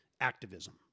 Activism